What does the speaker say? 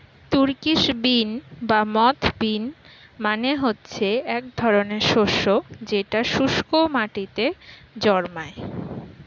Turkish bean বা moth bean মানে হচ্ছে এক ধরনের শস্য যেটা শুস্ক মাটিতে জন্মায়